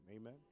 Amen